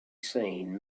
seen